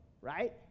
right